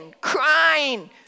crying